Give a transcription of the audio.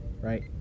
right